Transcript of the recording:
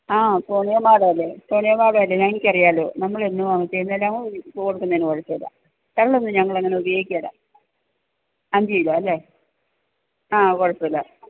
ആ കുനിയന്മാരല്ലേ കുനിയന്മാരല്ലേ എനിക്കറിയാമല്ലോ നമ്മളന്നു വാങ്ങിച്ചത് എന്തെല്ലാം വെള്ളമൊന്നും ഞങ്ങളങ്ങനെ ഉപയോഗിക്കുകയില്ല അഞ്ച് കിലോ അല്ലേ ആ കുഴപ്പമില്ല